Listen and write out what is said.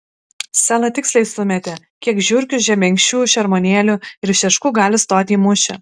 sela tiksliai sumetė kiek žiurkių žebenkščių šermuonėlių ir šeškų gali stoti į mūšį